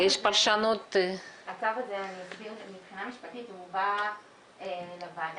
הצו הזה מבחינה משפטית הוא בא לוועדה,